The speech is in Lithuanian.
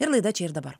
ir laida čia ir dabar